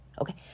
Okay